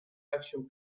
action